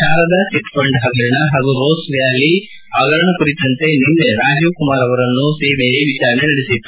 Sharada chit fund ಪಗರಣ ಹಾಗೂ rose valley ಪಗರಣ ಕುರಿತಂತೆ ನಿನ್ನೆ ರಾಜೀವ್ಕುಮಾರ್ ಅವರನ್ನು ಸಿಬಿಐ ವಿಚಾರಣೆ ನಡೆಸಿತ್ತು